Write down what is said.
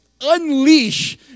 unleash